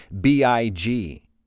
B-I-G